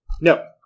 No